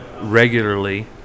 regularly